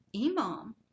imam